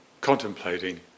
contemplating